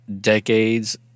decades